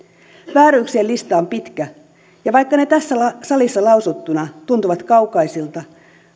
vääryyksien lista on pitkä ja vaikka ne tässä salissa lausuttuna tuntuvat kaukaisilta